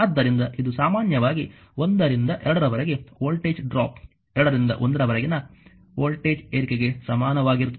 ಆದ್ದರಿಂದ ಇದು ಸಾಮಾನ್ಯವಾಗಿ 1 ರಿಂದ 2 ರವರೆಗೆ ವೋಲ್ಟೇಜ್ ಡ್ರಾಪ್ 2 ರಿಂದ 1 ರವರೆಗಿನ ವೋಲ್ಟೇಜ್ ಏರಿಕೆಗೆ ಸಮಾನವಾಗಿರುತ್ತದೆ